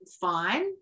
Fine